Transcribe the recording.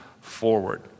forward